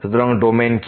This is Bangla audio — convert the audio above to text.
সুতরাং ডোমেন কি